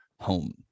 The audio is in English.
home